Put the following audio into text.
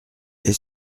est